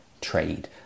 trade